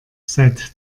seit